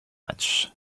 match